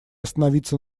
остановиться